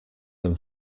them